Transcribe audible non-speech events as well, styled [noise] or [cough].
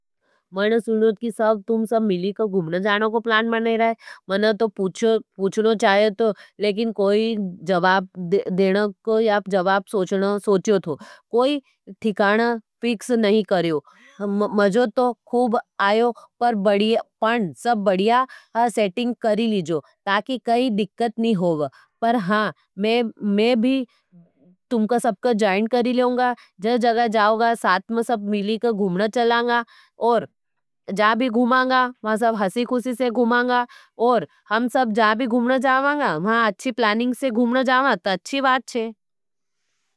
मैंने सुन्हो कि सब तुम सब मिली के घूमने जाने को प्लान बना रहयो। मैंने तो पूछ [hesitation] पूछनों चाहे तो, लेकिन कोई जवाब देनों को या जवाब सोचनों [hesitation] सोच्यों थो। कोई ठिकाना फिक्स नहीं कर्यों। मज़ो तो खुब आयो, पर बड़िया, पण, सब बड़िया सेटिंग करी लीजो। ताकि कहीं दिक्कत नी होवे। पर हां, मैं, मैं भी, [hesitation] तुमका सबका जॉइन करी लेओंगा, साथ में सब मिलीक घूमने चलांगा, और जाबी गुमांगा, महाँ सब हसी कुसी से गुमांगा, और हम सब जहां भी घूमना चावांगा, महाँ अच्छी प्लानिंग से घूमना जावं, ता अच्छी बात छे।